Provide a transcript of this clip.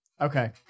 Okay